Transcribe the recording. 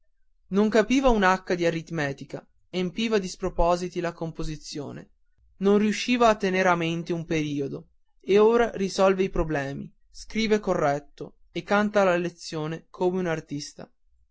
non capiva un'acca di aritmetica empiva di spropositi la composizione non riesciva a tener a mente un periodo e ora risolve i problemi scrive corretto e canta la lezione come un artista